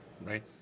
right